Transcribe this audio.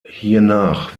hiernach